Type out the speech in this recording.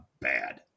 bad